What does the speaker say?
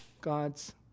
God's